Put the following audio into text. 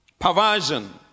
perversion